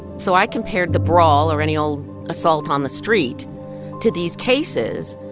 so i compared the brawl or any old assault on the street to these cases,